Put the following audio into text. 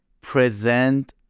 present